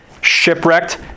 shipwrecked